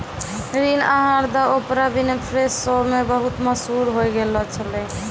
ऋण आहार द ओपरा विनफ्रे शो मे बहुते मशहूर होय गैलो छलै